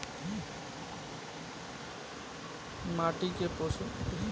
माटी के पोषण सब खनिज, लवण आ लोहा से भेटाला